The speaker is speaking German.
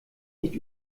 nicht